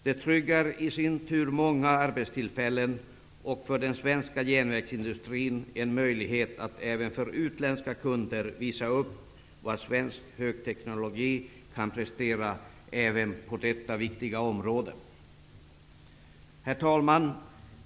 Detta tryggar i sin tur många arbetstillfällen och ger den svenska järnvägsindustrin en möjlighet att även för utländska kunder visa upp vad svensk högteknologi kan prestera även på detta viktiga område. Herr talman!